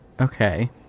Okay